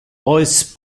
pois